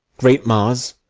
great mars,